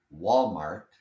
Walmart